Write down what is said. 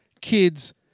kids